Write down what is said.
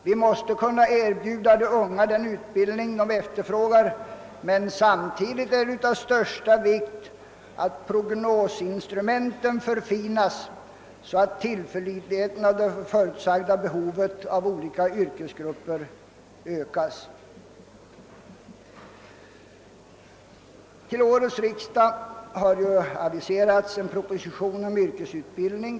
Vi måste kunna erbjuda ungdomen den utbildning den efterfrågar, men samtidigt är det av största vikt att prognosinstrumenten förfinas, så att tillförlitligheten av det förutsagda behovet av olika yrkesgrupper ökas. Till årets riksdag har aviserats en proposition om yrkesutbildning.